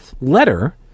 letter